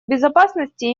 безопасности